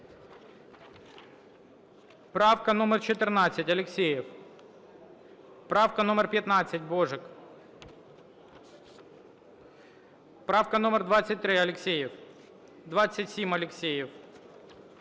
Правка номер 14, Алєксєєв. Правка номер 15, Божик. Правка номер 23, Алєксєєв. 27, Алєксєєв.